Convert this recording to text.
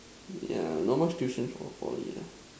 yeah not much tuition for Poly ah